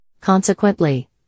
Consequently